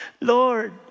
Lord